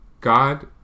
God